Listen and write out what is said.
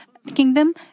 kingdom